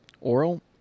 Oral